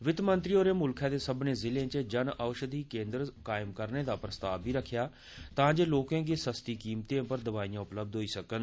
वित्त मंत्री होरें मुल्खै दे सब्मनें जिलें च जन औषधि केन्द्र कायम करने दा प्रस्ताव बी रक्खेआ ऐ तांजे लोकें गी सस्ती कीमतें पर दवाईयां उपलब्य होई सकन